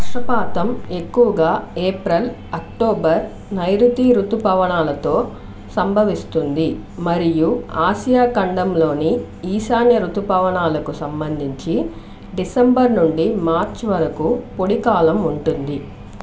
వర్షపాతం ఎక్కువగా April October నైరుతి రుతుపవనాలతో సంభవిస్తుంది మరియు ఆసియా ఖండంలోని ఈశాన్య రుతుపవనాలకు సంబంధించి డిసెంబర్ నుండి మార్చి వరకు పొడి కాలం ఉంటుంది